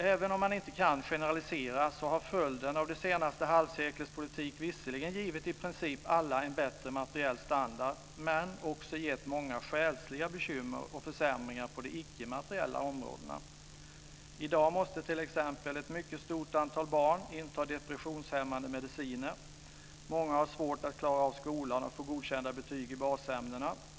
Även om man inte kan generalisera har följden av det senaste halvseklets politik visserligen gett i princip alla en bättre materiell standard men också gett många själsliga bekymmer och försämringar på de icke-materiella områdena. I dag måste t.ex. ett mycket stort antal barn inta depressionshämmande mediciner. Många har svårt att klara av skolan och få godkända betyg i basämnena.